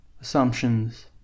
assumptions